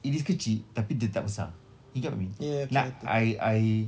it is kecil tapi tetap besar you get what I mean nak I I